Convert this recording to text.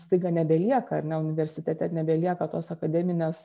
staiga nebelieka ar ne universitete nebelieka tos akademinės